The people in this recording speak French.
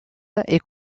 est